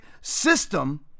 system